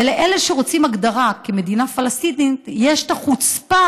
לאלה שרוצים הגדרה כמדינה פלסטינית יש את החוצפה